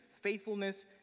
Faithfulness